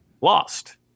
lost